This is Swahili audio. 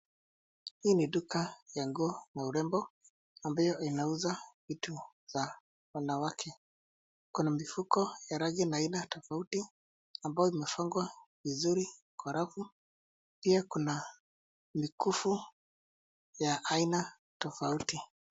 Hii ni duka ya nguo na urembo ambayo inauza vitu za wanawake. Kuna mifuko ya rangi na aina tofauti ambayo imefungwa vizuri kwa rafu. Pia kuna mikufu ya aina tofauti.